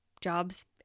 jobs